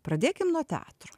pradėkim nuo teatro